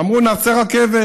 אמרו: נעשה רכבת.